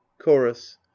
chorus